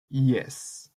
yes